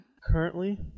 currently